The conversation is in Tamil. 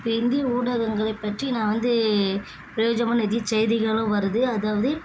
இப்போ இந்திய ஊடகங்களைப் பற்றி நான் வந்து பிரயோஜனமாக நிறைய செய்திகளும் வருது அதாவது